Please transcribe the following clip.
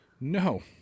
No